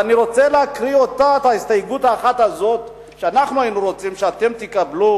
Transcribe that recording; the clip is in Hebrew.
ואני רוצה לקרוא את ההסתייגות האחת הזאת שאנחנו היינו רוצים שאתם תקבלו.